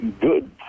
good